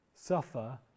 suffer